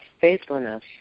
faithfulness